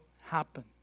happen